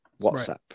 whatsapp